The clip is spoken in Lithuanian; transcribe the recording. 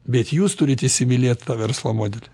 bet jūs turit įsimylėt tą verslo modelį